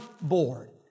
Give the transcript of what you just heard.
board